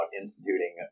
instituting